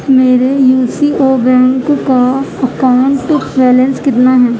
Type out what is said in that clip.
میرے U C O bank کا account balance کتنا ہیں